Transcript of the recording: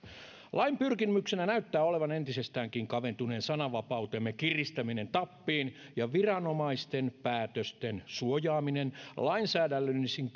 lain pyrkimyksenä näyttää olevan entisestäänkin kaventuneen sananvapautemme kiristäminen tappiin ja viranomaisten päätösten suojaaminen lainsäädännöllisin